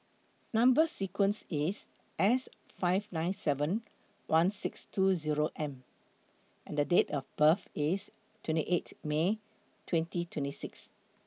Number sequence IS S five nine seven one six two Zero M and Date of birth IS twenty eight May twenty twenty six